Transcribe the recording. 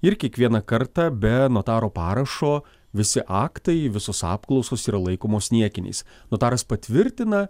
ir kiekvieną kartą be notaro parašo visi aktai visos apklausos yra laikomos niekiniais notaras patvirtina